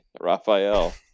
Raphael